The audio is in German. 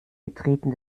betreten